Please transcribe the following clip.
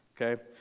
Okay